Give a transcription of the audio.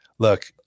Look